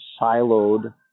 siloed